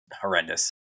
horrendous